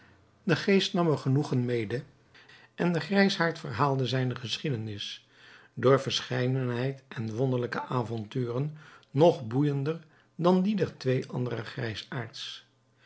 de geest nam er genoegen mede en de grijsaard verhaalde zijne geschiedenis door verscheidenheid en wonderlijke avonturen nog boeijender dan die der twee andere